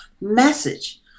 message